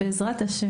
בעזרת ה',